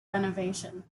renovation